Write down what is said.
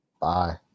Bye